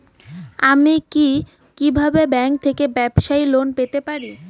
আমি কি কিভাবে ব্যাংক থেকে ব্যবসায়ী লোন পেতে পারি?